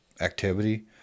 activity